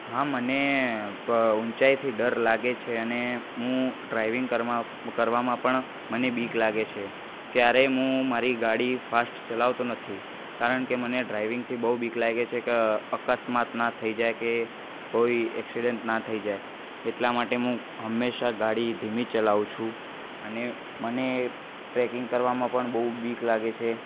હા મને ઊંચાઈથી ડર લાગે છે અને હું ડ્રાઈવિંગ કરમાં કરવામાં પણ મને બીક લાગે છે ક્યારેય મું મારી ગાડી ફાસ્ટ ચલાવતો નથી કારણ કે મને ડ્રાઇવિંગથી બહુ બીક લાગે છે એ અકસ્માત ના થઈ જાય કે કોઈ એક્સિડેંટ ના થઈ જાય એટલા માટે મું હંમેશા ગાડી ધીમી ચલાવું છું અને મને ટ્રેકિંગ કરવામાં પણ બહુ બીક લાગે છે